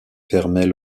fermaient